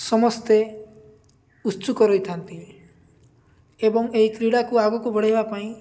ସମସ୍ତେ ଉତ୍ସୁକ ରହିଥାନ୍ତି ଏବଂ ଏହି କ୍ରୀଡ଼ାକୁ ଆଗକୁ ବଢ଼ାଇବା ପାଇଁ